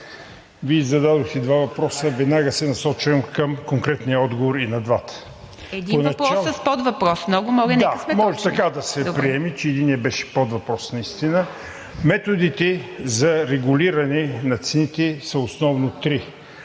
Вие зададохте два въпроса, веднага се насочвам към конкретни отговори и на двата. ПРЕДСЕДАТЕЛ ИВА МИТЕВА: Един въпрос с подвъпрос. Много моля, нека сме точни. ИВАН ИВАНОВ: Да, може така да се приеме, че единият беше подвъпрос наистина. Методите за регулиране на цените са основно три: